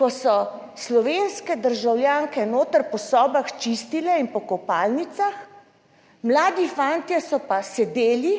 ko so slovenske državljanke noter po sobah čistile in po kopalnicah, mladi fantje so pa sedeli